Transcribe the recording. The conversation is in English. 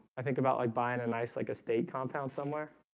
i think about like buying a nice like a state compound somewhere